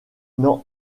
n’en